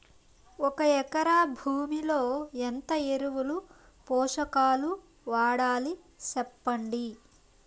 ఒక ఎకరా భూమిలో ఎంత ఎరువులు, పోషకాలు వాడాలి సెప్పండి?